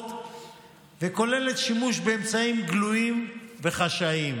שוטפות וכוללת שימוש באמצעים גלויים וחשאיים.